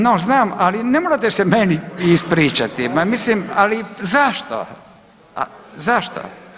No, znam ali ne morate se meni ispričati, ma mislim, ali zašto, zašto.